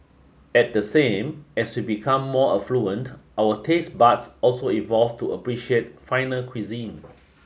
at the same as we become more affluent our taste buds also evolve to appreciate finer cuisine